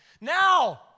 now